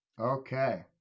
okay